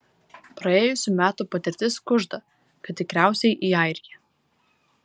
praėjusių metų patirtis kužda kad tikriausiai į airiją